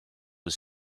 was